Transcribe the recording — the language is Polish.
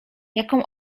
jaką